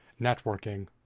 networking